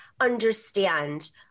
understand